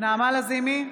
נעמה לזימי,